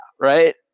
right